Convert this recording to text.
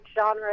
genre